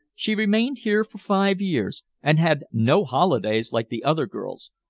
she remained here for five years, and had no holidays like the other girls.